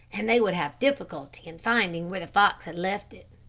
and they would have difficulty in finding where the fox had left it.